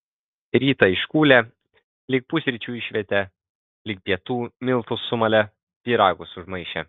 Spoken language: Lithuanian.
rytą iškūlė lig pusryčių išvėtė lig pietų miltus sumalė pyragus užmaišė